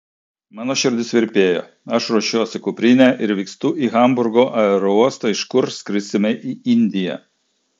mano širdis virpėjo aš ruošiuosi kuprinę ir vykstu į hamburgo aerouostą iš kur skrisime į indiją